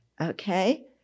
Okay